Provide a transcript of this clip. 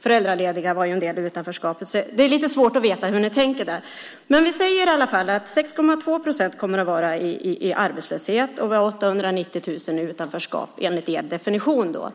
föräldralediga var en del av dem som är i utanförskap. Det är lite svårt att veta hur ni tänker där. Vi ser i alla fall att 6,2 procent kommer att vara i arbetslöshet och 890 000 i utanförskap enligt er definition.